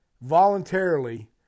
Voluntarily